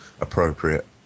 appropriate